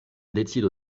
decido